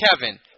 Kevin